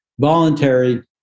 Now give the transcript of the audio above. voluntary